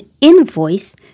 invoice